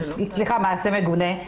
סליחה, משעה מגונה.